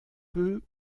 peu